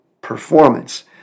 performance